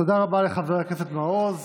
תודה רבה לחבר הכנסת מעוז.